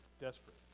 desperate